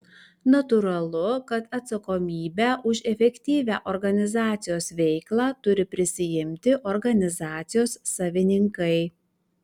natūralu kad atsakomybę už efektyvią organizacijos veiklą turi prisiimti organizacijos savininkai